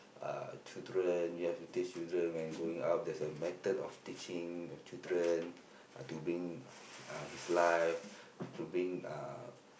uh children you have to teach children when growing up there's a method of teaching your children to bring uh his life to bring uh